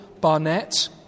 Barnett